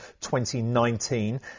2019